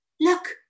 Look